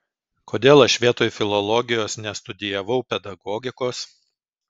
kodėl aš vietoj filologijos nestudijavau pedagogikos